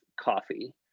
coffee